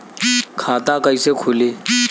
खाता कइसे खुली?